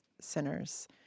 centers